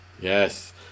Yes